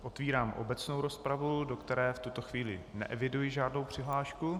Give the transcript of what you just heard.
Otvírám obecnou rozpravu, do které v tuto chvíli neeviduji žádnou přihlášku.